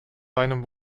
seinem